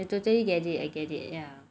I totally get it get it ya